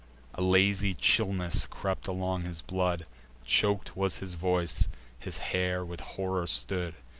a lazy chillness crept along his blood chok'd was his voice his hair with horror stood.